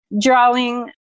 drawing